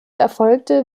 erfolgte